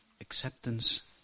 Acceptance